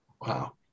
Wow